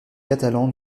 catalans